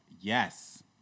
yes